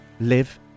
live